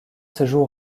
séjour